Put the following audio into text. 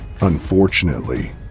Unfortunately